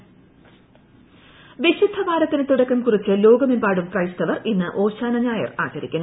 ഓശാന വിശുദ്ധവാരത്തിന് തുടക്കം കുറിച്ച് ലോകമെമ്പാടും ക്രൈസ്തവർ ഇന്ന് ഓശാന ഞായർ ആചരിക്കുന്നു